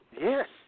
Yes